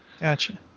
Gotcha